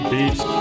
Beats